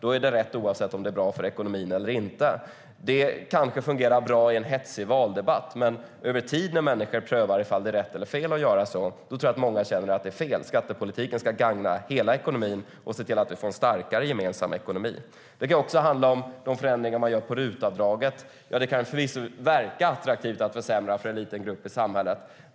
Då är det visst rätt oavsett om det är bra för ekonomin eller inte. Det kanske fungerar bra i en hetsig valdebatt, men över tid när människor prövar om det är rätt eller fel att göra så tror jag att många känner att det är fel. Skattepolitiken ska gagna hela ekonomin och se till att vi får en starkare gemensam ekonomi. Det kan också handla om de förändringar som görs i RUT-avdraget. Det kan förvisso verka attraktivt att försämra för en liten grupp i samhället.